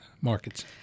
markets